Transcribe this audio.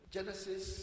Genesis